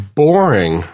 boring